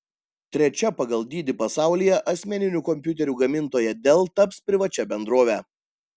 trečia pagal dydį pasaulyje asmeninių kompiuterių gamintoja dell taps privačia bendrove